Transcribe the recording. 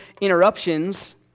interruptions